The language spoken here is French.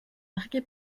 marqué